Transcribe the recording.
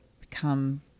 become